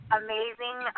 amazing